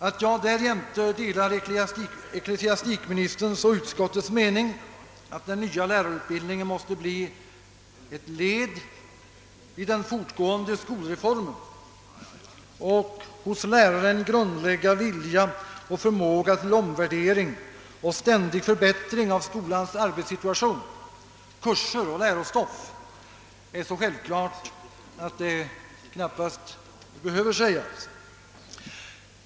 Att jag därjämte delar ecklesiastikministerns och utskottets mening att den nya lärarutbildningen måste bli ett led i den fortgående skolreformen och hos läraren grundlägga vilja och förmåga till omvärdering och ständig förbättring av skolans arbetssituation, kurser och lärostoff, är så självklart att det knappast behöver sägas.